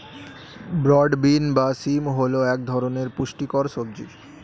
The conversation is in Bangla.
ব্রড বিন বা শিম হল এক ধরনের পুষ্টিকর সবজি